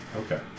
Okay